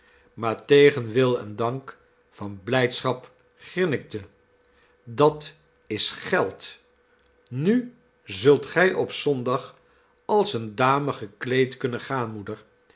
maar tegen wil en dank van blydschap grinnikte dat is geld nu zult gij op zondag als eene dame gekleed kunnen gaan moeder